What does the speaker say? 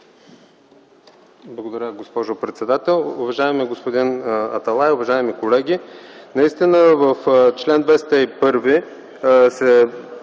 Благодаря Ви, госпожо председател. Уважаеми господин Аталай, уважаеми колеги, наистина в чл. 201 се